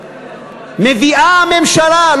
מביאה הממשלה,